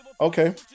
Okay